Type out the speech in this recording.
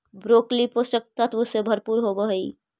broccoli पोषक तत्व से भरपूर होवऽ हइ